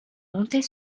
monter